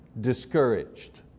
discouraged